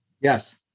Yes